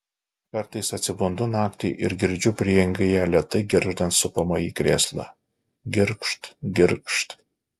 kartais atsibundu naktį ir girdžiu prieangyje lėtai girgždant supamąjį krėslą girgžt girgžt